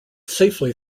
safely